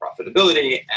profitability